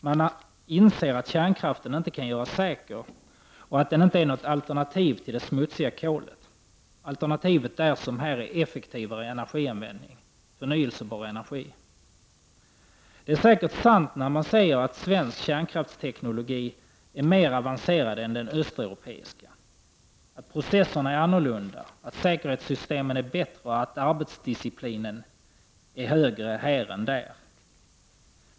Man inser att kärnkraften inte kan göras säker och att den inte är något alternativ till det smutsiga kolet! Alternativet där, som här, är effektivare energianvändning och förnyelsebar energi. Det är säkert sant när man säger att svensk kärnkraftsteknologi är mer avancerad än den östeuropeiska. Att processerna är annorlunda, att säkerhetssystemen är bättre och att arbetsdisciplinen är högre här.